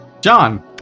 John